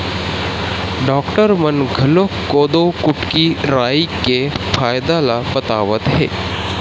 doctor मन घलोक कोदो, कुटकी, राई के फायदा ल बतावत हे